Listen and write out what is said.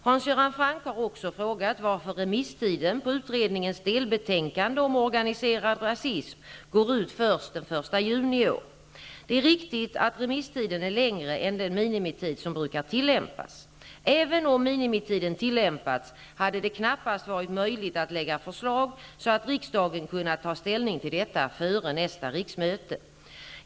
Hans Göran Franck har också frågat varför remisstiden på utredningens delbetänkande om organiserad rasism går ut först den 1 juni i år. Det är riktigt att remisstiden är längre än den minimitid som brukar tillämpas. Även om minimitiden tillämpats, hade det knappast varit möjligt att lägga förslag så att riksdagen kunnat ta ställning till detta före nästa riksmöte.